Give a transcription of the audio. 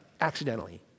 accidentally